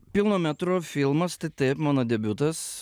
pilno metro filmas tai taip mano debiutas